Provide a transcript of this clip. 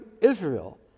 Israel